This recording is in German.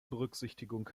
berücksichtigung